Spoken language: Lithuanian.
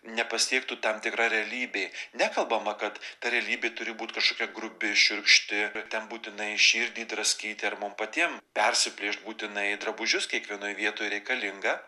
nepasiektų tam tikra realybė nekalbama kad ta realybė turi būt kažkokia grubi šiurkšti ten būtinai širdį draskyti ar mum patiem persiplėšt būtinai drabužius kiekvienoj vietoj reikalinga